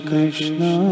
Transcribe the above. Krishna